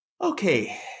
Okay